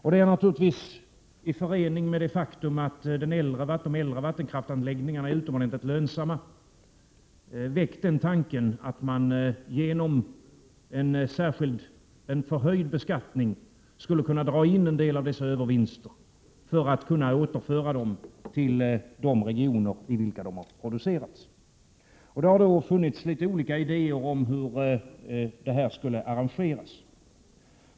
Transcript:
Detta har naturligtvis, i förening med det faktum att de äldre vattenkraftsanläggningarna är utomordentligt lönsamma, väckt den tanken att man genom en förhöjd beskattning skulle kunna dra in en del av dessa övervinster för att kunna återföra dem till de regioner i vilka de har producerats. Det har då funnits olika idéer om hur detta skulle arrangeras.